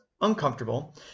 uncomfortable